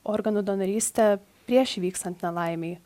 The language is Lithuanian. organų donorystę prieš įvykstant nelaimei